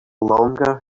longer